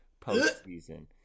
postseason